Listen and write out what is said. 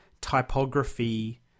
typography